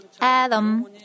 Adam